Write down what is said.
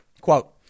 Quote